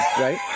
right